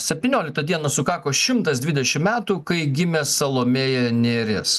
septynioliktą dieną sukako šimtas dvidešim metų kai gimė salomėja nėris